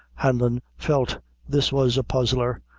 hanlon felt this was a puzzler,